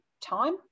time